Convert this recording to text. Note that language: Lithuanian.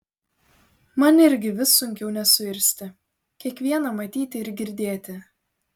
man irgi vis sunkiau nesuirzti kiekvieną matyti ir girdėti